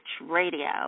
Radio